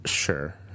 sure